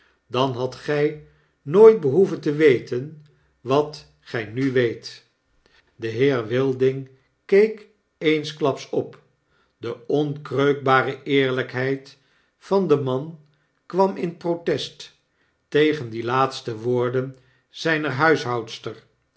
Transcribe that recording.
dan hadt gy nooit behoeven te weten wat gy nu weet de heer wilding keek eensklaps op de onkreukbare eerlykheid van den man kwam in protest tegen die laatste woorden zyner